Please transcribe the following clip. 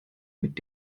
mit